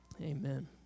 Amen